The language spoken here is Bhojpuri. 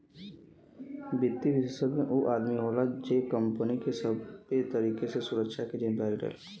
वित्तीय विषेशज्ञ ऊ आदमी होला जे कंपनी के सबे तरीके से सुरक्षा के जिम्मेदारी लेला